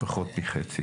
פחות מחצי.